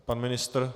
Pan ministr?